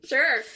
Sure